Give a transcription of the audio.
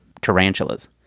tarantulas